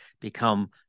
become